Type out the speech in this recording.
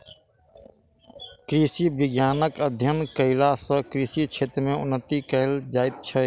कृषि विज्ञानक अध्ययन कयला सॅ कृषि क्षेत्र मे उन्नति कयल जाइत छै